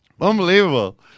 Unbelievable